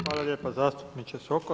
Hvala lijepa zastupniče Sokol.